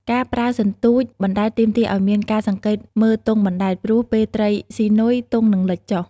ការប្រើសន្ទូចបណ្ដែតទាមទារឲ្យមានការសង្កេតមើលទង់បណ្ដែត ព្រោះពេលត្រីស៊ីនុយ ទង់នឹងលិចចុះ។